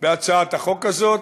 בהצעת החוק הזאת,